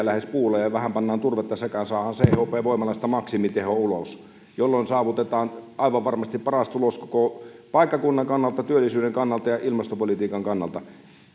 lähes puulla ja ja vähän pannaan turvetta sekaan saadaan chp voimalasta maksimiteho ulos jolloin saavutetaan aivan varmasti paras tulos koko paikkakunnan kannalta työllisyyden kannalta ja ilmastopolitiikan kannalta